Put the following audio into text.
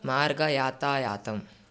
मार्गयातायातम्